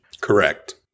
Correct